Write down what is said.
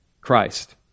Christ